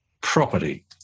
property